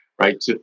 Right